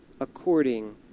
according